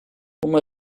uma